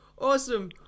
Awesome